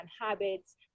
habits